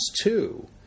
two